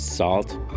Salt